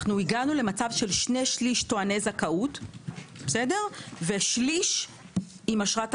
אנחנו הגענו למצב של שני שליש טועני זכאות ושליש עם אשרת עלייה.